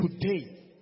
today